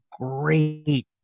great